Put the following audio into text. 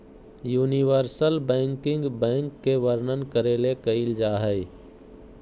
universal banking bank के वर्णन करे ले कइल जा हइ